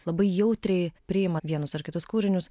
labai jautriai priima vienus ar kitus kūrinius